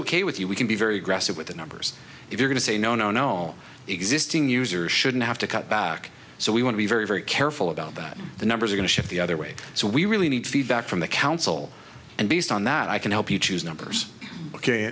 ok with you we can be very aggressive with the numbers if you're going to say no no no existing users shouldn't have to cut back so we want to be very very careful about that the numbers are going to shift the other way so we really need feedback from the council and based on that i can help you choose numbers ok